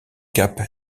cap